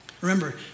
Remember